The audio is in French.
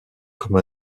comme